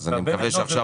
אני מקווה שעוד